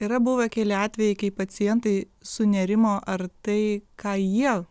yra buvę keli atvejai kai pacientai sunerimo ar tai ką jie